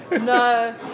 no